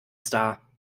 star